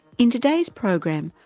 in today's program,